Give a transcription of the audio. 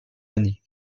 années